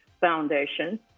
Foundation